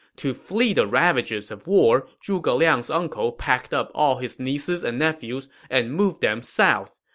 to flee the ravages of war, zhuge liang's uncle packed up all his nieces and nephews and moved them south.